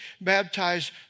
baptize